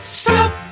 stop